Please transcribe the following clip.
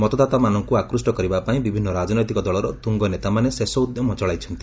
ମତଦାତାମାନଙ୍କୁ ଆକୃଷ୍ଟ କରିବାପାଇଁ ବିଭିନ୍ନ ରାଜନୈତିକ ଦଳର ତ୍ରଙ୍ଗ ନେତାମାନେ ଶେଷ ଉଦ୍ୟମ ଚଳାଇଛନ୍ତି